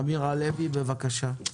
אמיר הלוי, בבקשה.